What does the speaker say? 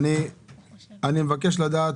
אני מבקש לדעת,